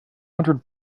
hundred